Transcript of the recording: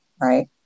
right